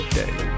day